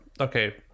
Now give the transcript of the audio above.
okay